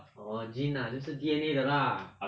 orh gene ah 就是 D_N_A 的 lah